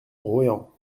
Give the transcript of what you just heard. royan